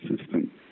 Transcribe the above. system